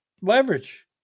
Leverage